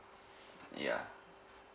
ya